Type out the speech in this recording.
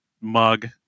mug